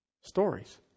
stories